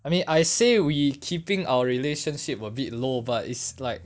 I mean I say we are keeping our relationship a bit low but it's like